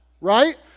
right